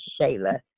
Shayla